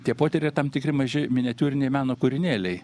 tie potyriai tam tikri maži miniatiūriniai meno kūrinėliai